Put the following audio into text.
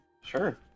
Sure